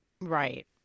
Right